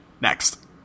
Next